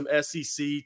SEC